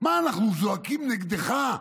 מה אנחנו זועקים נגדך?